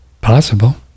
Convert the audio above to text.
possible